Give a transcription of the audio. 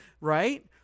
Right